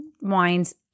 wines